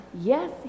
Yes